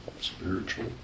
spiritual